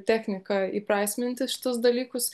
technika įprasminti šituos dalykus